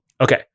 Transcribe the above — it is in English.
Okay